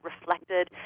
reflected